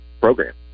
program